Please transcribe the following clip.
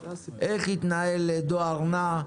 איך יתנהל דואר נע,